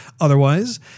Otherwise